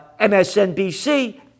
MSNBC